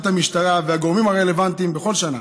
המשטרה והגורמים הרלוונטיים בכל שנה,